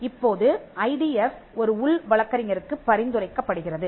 இப்போது ஐடிஎஃப் ஒரு உள் வழக்கறிஞருக்குப் பரிந்துரைக்கப்படுகிறது